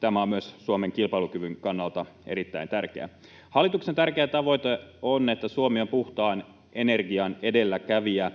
tämä on myös Suomen kilpailukyvyn kannalta erittäin tärkeää. Hallituksen tärkeä tavoite on, että Suomi on puhtaan energian edelläkävijä.